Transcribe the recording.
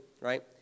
right